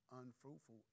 unfruitful